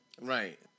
Right